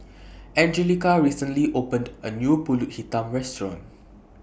Angelica recently opened A New Pulut Hitam Restaurant